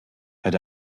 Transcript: had